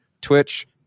twitch